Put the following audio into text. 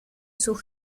sus